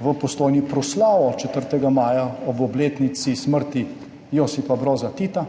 v Postojni proslavo 4. maja ob obletnici smrti Josipa Broza Tita